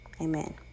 Amen